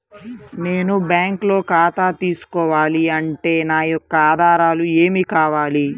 నేను బ్యాంకులో ఖాతా తీసుకోవాలి అంటే నా యొక్క ఆధారాలు ఏమి కావాలి?